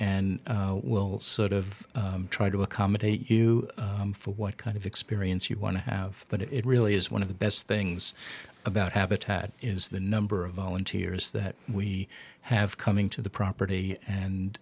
and we'll sort of try to accommodate you what kind of experience you want to have but it really is one of the best things about habitat is the number of volunteers that we have coming to the property